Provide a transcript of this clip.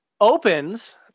Opens